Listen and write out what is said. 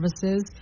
services